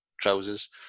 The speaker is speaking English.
trousers